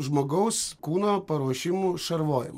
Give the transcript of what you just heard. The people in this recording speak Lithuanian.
žmogaus kūno paruošimu šarvojim